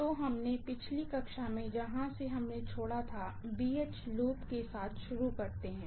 तो हमने पिछली कक्षा में जहाँ से हमने छोड़ा था BH लूप के साथ शुरू करते हैं